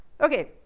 Okay